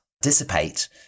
dissipate